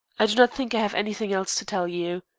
i do not think i have anything else to tell you.